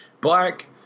black